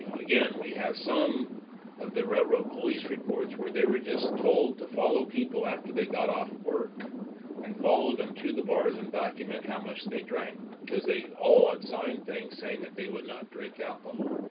again, we have some of the railroad police reports where they were just told to follow people after they got off work and follow them to the bars and document how much they drank because they all had signed things saying that they would not drink alcohol.